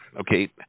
okay